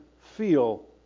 feel